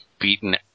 beaten